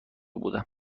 بودم